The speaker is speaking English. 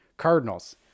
Cardinals